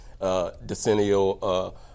Decennial